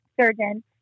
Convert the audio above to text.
surgeon